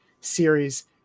series